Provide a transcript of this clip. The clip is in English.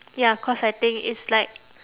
ya cause I think it's like